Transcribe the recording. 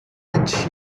which